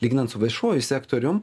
lyginant su viešuoju sektorium